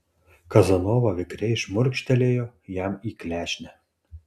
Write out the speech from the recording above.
kazanova vikriai šmurkštelėjo jam į klešnę